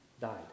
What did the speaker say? died